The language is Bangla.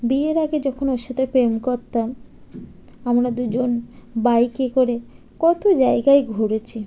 বিয়ের আগে যখন ওর সাথে প্রেম করতাম আমরা দুজন বাইকে করে কত জায়গায় ঘুরেছি